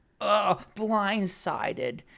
Blindsided